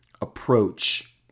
approach